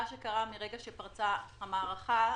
מרגע שפרצה המערכה,